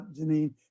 janine